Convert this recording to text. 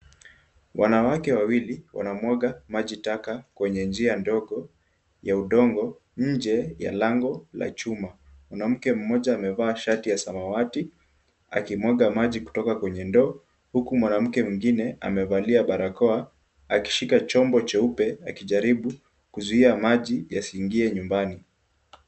Wanawake wawili wanamwaga maji taka kwenye njia ndogo ya udongo nje ya lango la chuma. Mwanamke mmoja amevaa shati ya samawati akimwaga maji kutoka kwenye ndoo huku mwanamke mwingine amevalia barakoa akishika chombo cheupe akijaribu kuzuia maji yasiingie nyumbani.